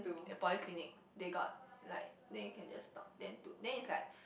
in polyclinic they got like then you can just talk then to then is like